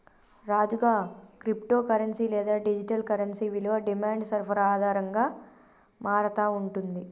రాజుగా, crypto currency లేదా digital currency విలువ డిమాండ్ సరఫరా ఆధారంగా మారతా ఉంటుంది